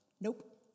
Nope